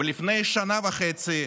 ולפני שנה וחצי,